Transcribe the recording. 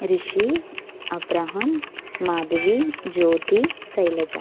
Rishi Abraham Madhavi Jyothi Shailaja